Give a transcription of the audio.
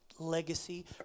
Legacy